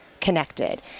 connected